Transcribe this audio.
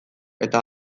eta